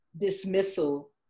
dismissal